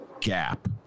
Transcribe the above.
gap